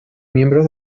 miembro